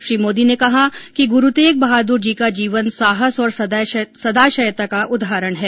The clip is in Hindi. श्री मोदी ने कहा कि गुरू तेग बहादुर जी का जीवन साहस और सदाशयता का उदाहरण है